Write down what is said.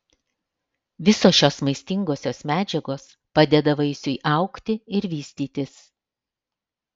visos šios maistingosios medžiagos padeda vaisiui augti ir vystytis